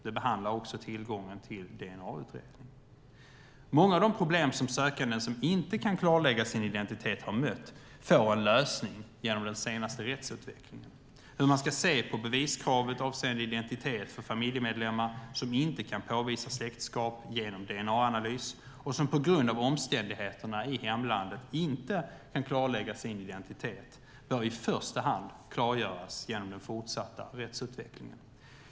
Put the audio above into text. Det behandlar också tillgången till dna-utredning. Många av de problem som sökande som inte kan klarlägga sin identitet har mött får en lösning genom den senaste rättsutvecklingen. Hur man ska se på beviskravet avseende identitet för familjemedlemmar som inte kan påvisa släktskap genom dna-analys och som på grund av omständigheterna i hemlandet inte kan klarlägga sin identitet bör i första hand klargöras genom den fortsatta rättsutvecklingen.